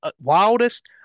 wildest